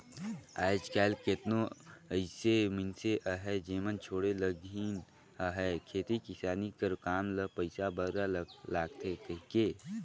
आएज काएल केतनो अइसे मइनसे अहें जेमन छोंड़े लगिन अहें खेती किसानी कर काम ल पइसा बगरा लागथे कहिके